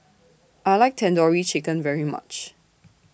I like Tandoori Chicken very much